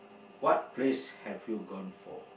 what place have you gone for